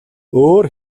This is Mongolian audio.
өөр